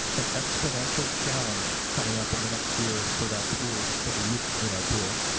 an exponential challenge coming up in the next year for that pool, for the usage of that pool.